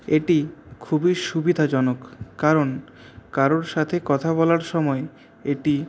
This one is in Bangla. এটি খুবই সুবিধাজনক কারণ কারোর সাথে কথা বলার সময়ে এটি